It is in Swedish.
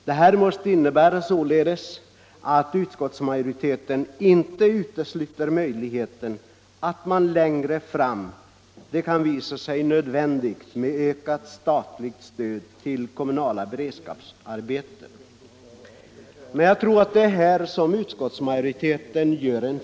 Det måste innebära Nr 44 att utskottsmajoriteten inte utesluter möjligheten att det längre fram kan Fredagen den visa sig nödvändigt med ett ökat statligt stöd till kommunala bered 12 december 1975 skapsarbeten. Men jag tror att det är här som utskottsmajoriteten gör ———————- 2 ?